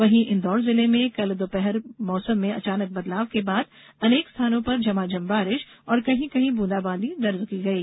वहीं इंदौर जिले में कल दोपहर मैसम में अचानक बदलाव के बाद अनेक स्थानों पर झमाझम बारिष और कहीं कहीं ब्रंदाबांदी दर्ज की गई